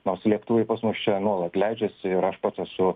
nors lėktuvai pas mus čia nuolat leidžiasi ir aš pats esu